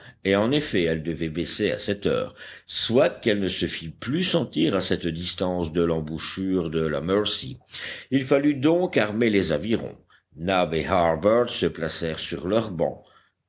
et en effet elle devait baisser à cette heure soit qu'elle ne se fît plus sentir à cette distance de l'embouchure de la mercy il fallut donc armer les avirons nab et harbert se placèrent sur leur banc